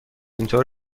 اینطور